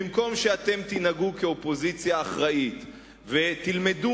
במקום שתנהגו כאופוזיציה אחראית ותלמדו